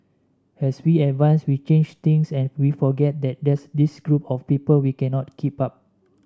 as we advance we change things and we forget that there's this group of people we cannot keep up